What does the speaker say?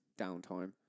downtime